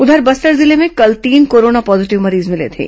उधर बस्तर जिले में कल तीन कोरोना पॉजीटिव मरीज मिले थे